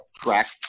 track